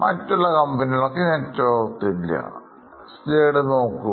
മറ്റുള്ള കമ്പനികൾക്ക് net worth അധികമില്ല